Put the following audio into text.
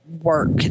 work